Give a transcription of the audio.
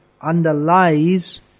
underlies